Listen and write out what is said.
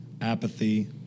apathy